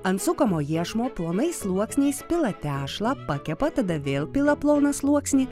ant sukamo iešmo plonais sluoksniais pila tešlą pakepa tada vėl pila ploną sluoksnį